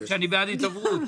שאני בעד הידברות?